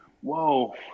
Whoa